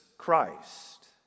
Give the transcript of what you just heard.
Christ